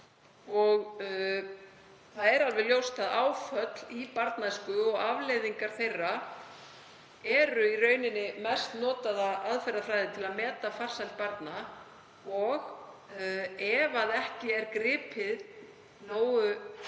og það er alveg ljóst að áföll í barnæsku og afleiðingar þeirra eru í rauninni mest notaða aðferðafræðin til að meta farsæld barna og ef ekki er gripið nógu